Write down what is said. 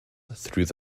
through